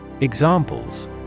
Examples